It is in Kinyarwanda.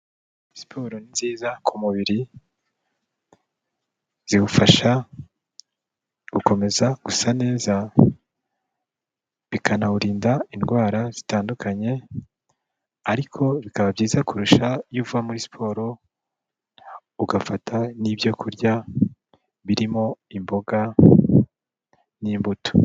Siporo ni nziza ku mubiri, ziwufasha gukomeza gusa neza, bikanawurinda indwara zitandukanye, ariko bikaba byiza kurusha iyo uva muri siporo, ugafata n'ibyo kurya birimo imboga n'imbuto.